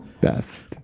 best